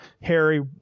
harry